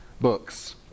books